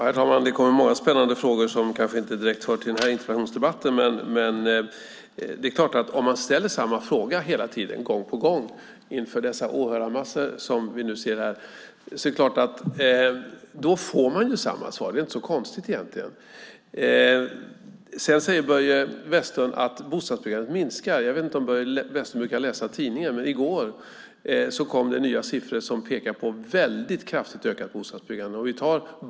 Herr talman! Det ställs många spännande frågor som kanske inte direkt hör till denna interpellationsdebatt. Om man ställer samma fråga hela tiden inför alla de åhörare vi ser på läktaren får man naturligtvis samma svar. Det är inte så konstigt. Börje Vestlund säger att bostadsbyggandet minskar. Jag vet inte om Börje Vestlund brukar läsa tidningen, men i går presenterades nya siffror som pekar på ett kraftigt ökat bostadsbyggande.